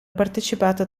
partecipato